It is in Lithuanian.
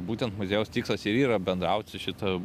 būtent muziejaus tikslas ir yra bendraut su šita